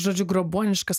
žodžiu grobuoniškas